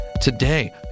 Today